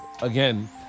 again